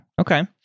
Okay